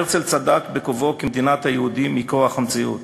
הרצל צדק בקובעו כי מדינת היהודים היא כורח המציאות.